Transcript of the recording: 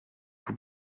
vous